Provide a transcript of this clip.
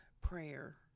prayer